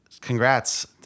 Congrats